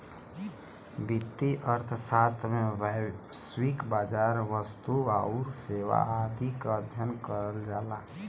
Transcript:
वित्तीय अर्थशास्त्र में वैश्विक बाजार, वस्तु आउर सेवा आदि क अध्ययन करल जाला